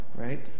Right